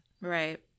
Right